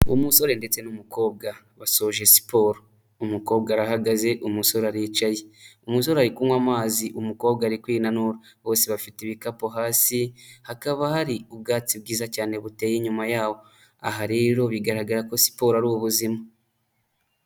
Umusore ndetse n'umukobwa bashoje siporo. Umukobwa arahagaze umusore aricaye. Umusore ari kunywa amazi, umukobwa ari kwinanura. Bose bafite ibikapu hasi, hakaba hari ubwatsi bwiza cyane buteye inyuma yaho. Aha rero bigaragara ko siporo ari ubuzima